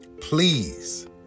please